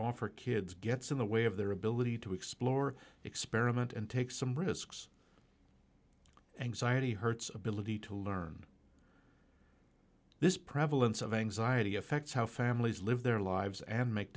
offer kids gets in the way of their ability to explore experiment and take some risks anxiety hurts ability to learn this prevalence of anxiety affects how families live their lives and make